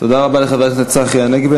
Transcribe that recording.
תודה רבה לחבר הכנסת צחי הנגבי.